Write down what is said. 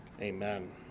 Amen